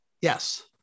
Yes